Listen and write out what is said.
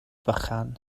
bychan